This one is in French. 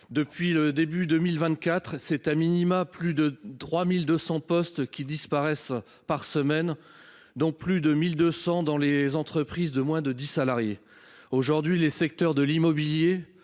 Depuis le début 2024, c'est à minima plus de 3 200 postes qui disparaissent par semaine dont plus de 1 200 dans les entreprises de moins de 10 salariés. Aujourd'hui, les secteurs de l'immobilier,